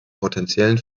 potenziellen